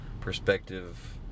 perspective